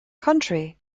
country